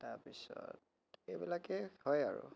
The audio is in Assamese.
তাৰ পিছত এইবিলাকেই হয় আৰু